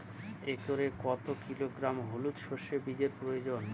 একরে কত কিলোগ্রাম হলুদ সরষে বীজের প্রয়োজন?